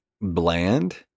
bland